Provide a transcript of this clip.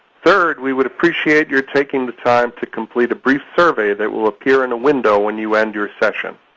third, we would appreciate your taking the time to complete a brief survey that will appear in a window when you end your session.